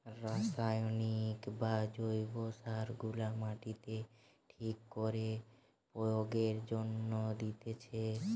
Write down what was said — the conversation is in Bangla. রাসায়নিক বা জৈব সার গুলা মাটিতে ঠিক করে প্রয়োগের জন্যে দিতেছে